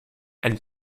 and